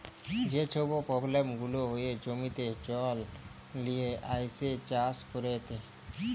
যে ছব পব্লেম গুলা হ্যয় জমিতে জল লিয়ে আইসে চাষ ক্যইরতে